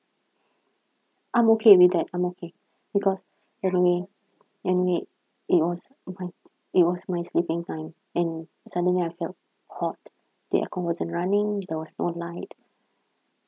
I'm okay with that I'm okay because anyway anyway it was my it was my sleeping time and suddenly I felt hot the aircon wasn't running there was no light